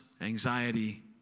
Anxiety